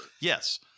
Yes